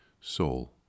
Soul